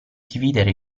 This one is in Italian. dividere